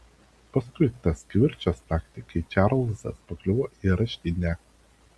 paskui tas kivirčas naktį kai čarlzas pakliuvo į areštinę